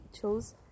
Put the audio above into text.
chose